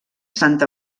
santa